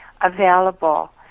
available